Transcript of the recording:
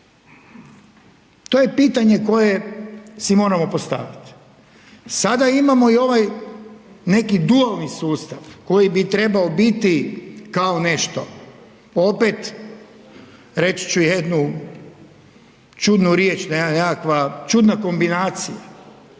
To je pitanje koje si moramo postaviti. Sada imamo i ovaj neki dualni sustav koji bi trebao biti kao nešto, opet reći ću jednu čudnu riječ, jedna nekakva čudna kombinacija